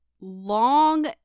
long